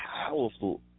powerful